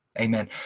Amen